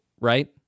Right